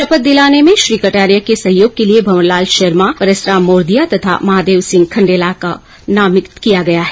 शपथ दिलाने में श्री कटारिया के सहयोग के लिर्य भवर लाल शर्मा परसराम मोरदिया तथा महादेव सिंह खण्डेला को नामित किया गया है